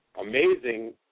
amazing